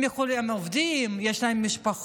הם עובדים, יש להם משפחות,